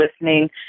listening